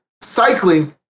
Cycling